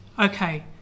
Okay